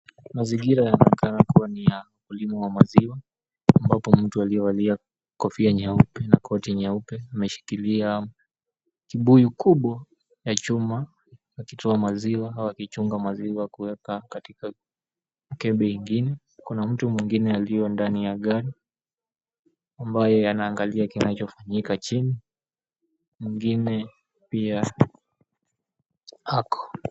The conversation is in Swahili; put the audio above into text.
Mazingira yanakaa kuwa ni ya ukulima wa maziwa ambapo mtu aliyevalia kofia nyeupe na koti nyeupe ameshikilia kibuyu kubwa ya chuma wakichunga maziwa kutoka katika mkebe ingine kuna mtu mwingine aliye ndani ya gari ambae anaangalia kinachofanyika chini mwingine pia ako.